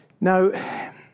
Now